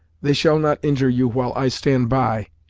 they shall not injure you while i stand by,